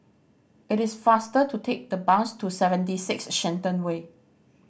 it is faster to take the bus to Seventy Six Shenton Way